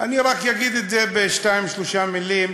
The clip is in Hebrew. אני אגיד את זה רק בשתיים-שלוש מילים,